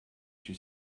she